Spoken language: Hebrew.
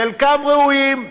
חלקם ראויים,